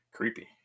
Creepy